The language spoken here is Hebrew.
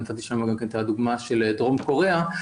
נתתי שם את הדוגמה של דרום קוריאה,